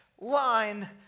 line